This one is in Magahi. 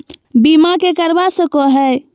बीमा के करवा सको है?